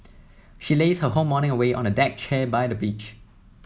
she lazed her whole morning away on a deck chair by the beach